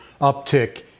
uptick